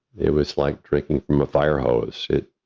it was like drinking from a firehose, it.